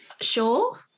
sure